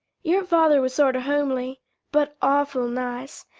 your father was sorter homely but awful nice.